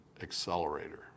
accelerator